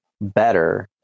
better